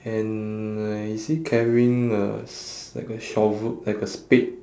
and uh is he carrying a s~ like a shove~ like a spade